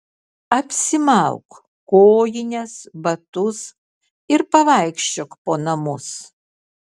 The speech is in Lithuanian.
apsimauk kojines batus ir pavaikščiok po namus